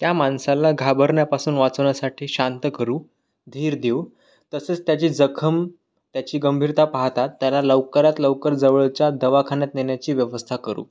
त्या माणसाला घाबरण्यापासून वाचवण्यासाठी शांत करू धीर देऊ तसेच त्याची जखम त्याची गंभीरता पाहता त्याला लवकरात लवकर जवळच्या दवाखान्यात नेण्याची व्यवस्था करू